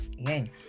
again